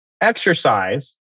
exercise